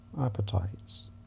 appetites